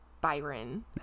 Byron